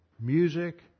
Music